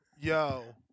yo